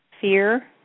fear